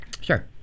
sure